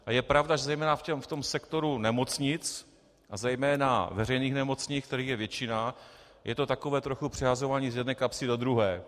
A je pravda, že zejména v tom sektoru nemocnic, a zejména veřejných nemocnic, kterých je většina, je to takové trochu přehazování z jedné kapsy do druhé.